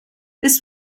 this